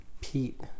Pete